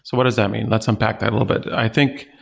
so what does that mean? let's unpack that a little bit i think,